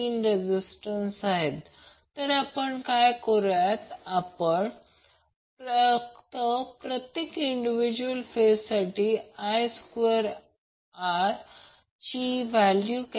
तर system 208V आहे आणि A B C समान 208V आहे याचा अर्थ म्हणजे ते लाईन टू लाईन व्होल्टेज आहे